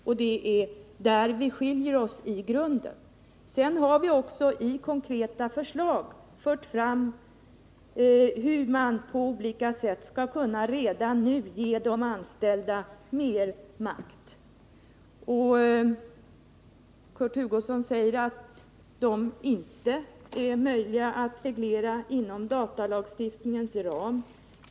Sedan har vi också lagt fram konkreta förslag om hur man på olika sätt redan nu skall kunna ge de anställda mer makt. Kurt Hugosson säger att det inte är möjligt att reglera dessa frågor inom datalagstiftningens ram.